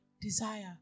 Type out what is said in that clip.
desire